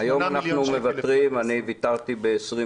חברים, בואו נמשיך.